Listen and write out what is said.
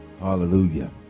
Hallelujah